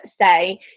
say